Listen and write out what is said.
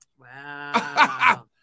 Wow